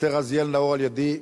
אסתר רזיאל-נאור לידי.